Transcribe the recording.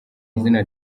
izina